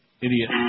Idiot